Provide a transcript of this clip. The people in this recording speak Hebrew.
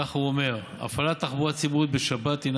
כך הוא אומר: הפעלת תחבורה ציבורית בשבת הינה